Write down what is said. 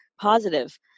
positive